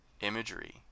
imagery